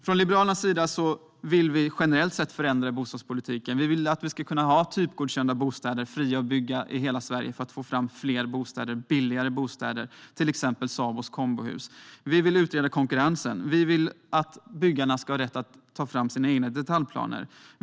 Från Liberalernas sida vill vi generellt sett förändra bostadspolitiken. Vi vill ha typgodkända bostäder som är fria att bygga i hela Sverige för att få fram fler och billigare bostäder, till exempel Sabos kombohus. Vi vill utreda konkurrensen och att byggarna ska ha rätt att ta fram sina egna detaljplaner.